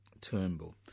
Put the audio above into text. Turnbull